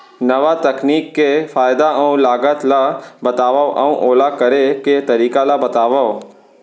नवा तकनीक के फायदा अऊ लागत ला बतावव अऊ ओला करे के तरीका ला बतावव?